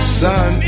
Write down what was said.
sun